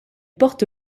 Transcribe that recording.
porte